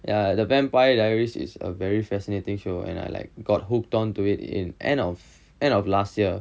ya the vampire diaries is a very fascinating show and I like got hooked onto it in end of end of last year